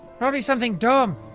probably something dumb.